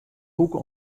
hoeke